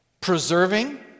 preserving